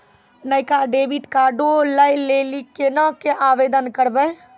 नयका डेबिट कार्डो लै लेली केना के आवेदन करबै?